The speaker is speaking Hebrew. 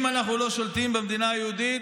אם אנחנו לא שולטים במדינה היהודית,